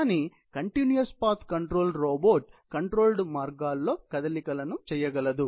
కానీ continuous path control robot controlled మార్గాల్లో కదలికలను చేయగలదు